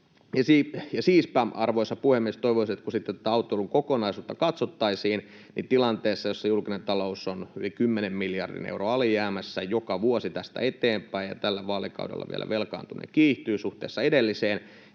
Siispä, arvoisa puhemies, toivoisin, että kun tätä autoilun kokonaisuutta katsottaisiin, niin kun tukitoimenpiteitä tehdään tilanteessa, jossa julkinen talous on yli kymmenen miljardin euron alijäämässä joka vuosi tästä eteenpäin ja tällä vaalikaudella vielä velkaantuminen kiihtyy suhteessa edelliseen,